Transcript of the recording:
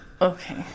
Okay